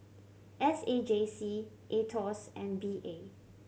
S A J C Aetos and P A